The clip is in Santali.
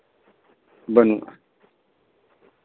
ᱵᱟᱹᱱᱩᱜᱼᱟ